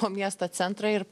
po miesto centrą ir